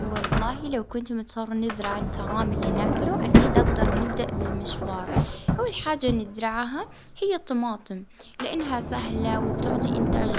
اه أكيد يعني كنت حنزرع ال-الحاجات السهلة اه زي الطماطم والخيار اه والبطاطا اه ونخدم الأرض